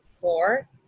four